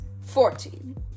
fourteen